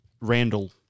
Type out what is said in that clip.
Randall